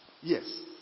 Yes